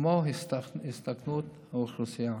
כמו הזדקנות האוכלוסייה.